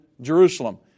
Jerusalem